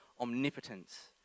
omnipotence